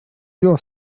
your